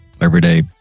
everyday